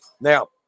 Now